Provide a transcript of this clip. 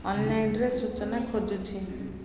ଅନଲାଇନ୍ରେ ସୂଚନା ଖୋଜୁଛି